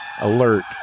alert